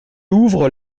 ouvre